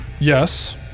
Yes